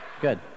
good